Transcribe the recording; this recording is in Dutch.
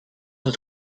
het